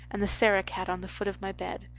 and the sarah-cat on the foot of my bed.